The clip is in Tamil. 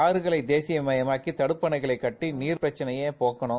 ஆறுகளை தேசியமயமாக்கி தடுப்பணகளைக் கட்டி நீர்பிரக்ளையட் போக்கணம்